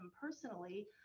personally